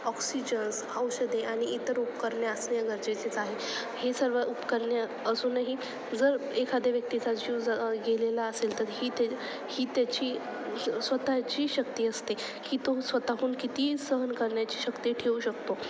oxygens औषधे आणि इतर उपकरणे असने गरजेचेच आहे हे सर्व उपकरणे असूनही जर एखाद्या व्यक्तीचा जीव ज गेलेला असेल तर ही त्या ही त्याची स्वतःची शक्ती असते की तो स्वतःहून कितीही सहन करण्याची शक्ती ठेवू शकतो